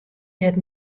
heart